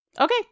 Okay